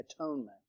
atonement